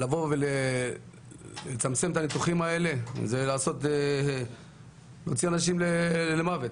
לבוא ולצמצם את הניתוחים האלה זה לדון אנשים למוות,